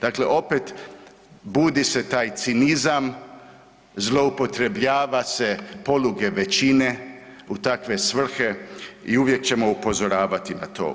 Dakle, opet budi se taj cinizam, zloupotrebljava se poluge većine u takve svrhe i uvijek ćemo upozoravati na to.